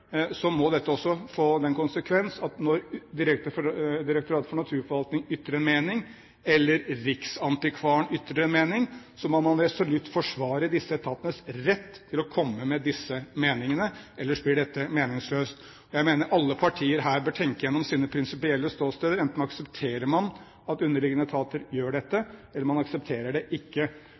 må dette også få den konsekvens at når Direktoratet for naturforvaltning ytrer en mening – eller når riksantikvaren ytrer en mening – så må man resolutt forsvare disse etatenes rett til å komme med disse meningene. Ellers blir dette meningsløst. Jeg mener at alle partier her bør tenke gjennom sine prinsipielle ståsteder: Enten aksepterer man at underliggende etater gjør dette, eller man aksepterer det ikke.